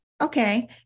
Okay